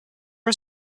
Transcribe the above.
was